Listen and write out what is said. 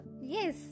Yes